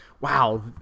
wow